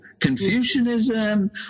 Confucianism